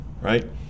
Right